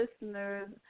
listeners